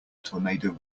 tornado